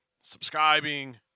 subscribing